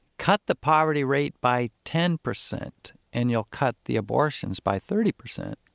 cut the poverty rate by ten percent and you'll cut the abortions by thirty percent.